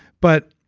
but